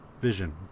Vision